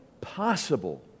possible